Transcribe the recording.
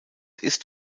ist